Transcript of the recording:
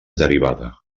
derivada